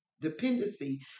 dependency